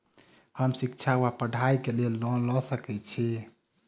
हम शिक्षा वा पढ़ाई केँ लेल लोन लऽ सकै छी?